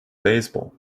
baseball